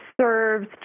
serves